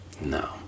no